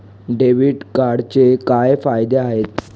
Debit कार्डचे काय फायदे आहेत?